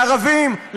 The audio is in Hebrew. לערבים,